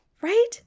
Right